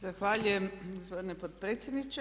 Zahvaljujem gospodine potpredsjedniče.